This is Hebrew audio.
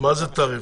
מה זה תעריף?